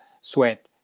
sweat